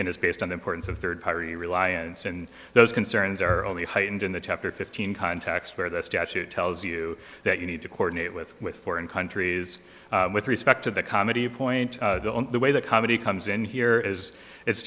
and it's based on importance of third party reliance and those concerns are only heightened in the chapter fifteen contacts where the statute tells you that you need to coordinate with with foreign countries with respect to the comedy point the way the comedy comes in here is it's